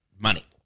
money